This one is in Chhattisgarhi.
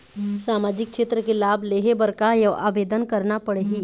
सामाजिक क्षेत्र के लाभ लेहे बर का आवेदन करना पड़ही?